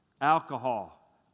alcohol